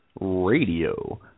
Radio